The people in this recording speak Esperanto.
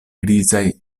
grizaj